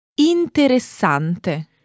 interessante